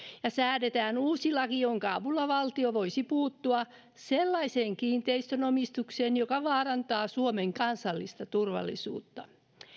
ja säädetään uusi laki jonka avulla valtio voisi puuttua sellaiseen kiinteistönomistukseen joka vaarantaa suomen kansallista turvallisuutta